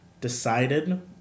decided